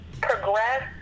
progress